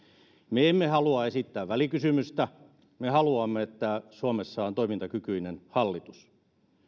me emme halua esittää välikysymystä me haluamme että suomessa on toimintakykyinen hallitus